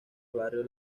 barrio